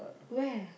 where